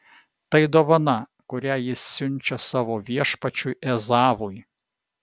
tai dovana kurią jis siunčia savo viešpačiui ezavui